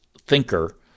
thinker